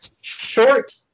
short